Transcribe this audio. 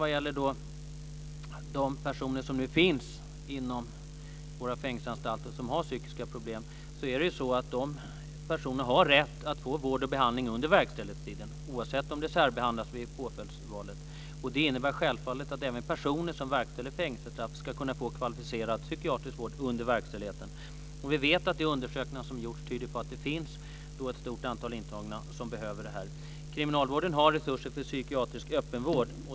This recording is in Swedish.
De personer som nu finns inom våra fängelseanstalter och som har psykiska problem har ju rätt att få vård och behandling under verkställighetstiden, oavsett om det sker en särbehandling vid val av påföljd. Det innebär självfallet att även personer som får fängelsestraff ska kunna få kvalificerad psykiatrisk vård under verkställigheten. De undersökningar som gjorts tyder på att ett stort antal intagna behöver sådan vård. Kriminalvården har resurser för psykiatrisk öppenvård.